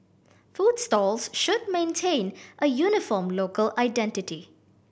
food stalls should maintain a uniform local identity